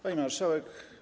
Pani Marszałek!